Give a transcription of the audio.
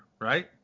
right